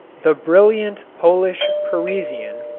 the brilliant polish parisian,